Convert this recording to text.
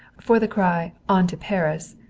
for the cry on to paris!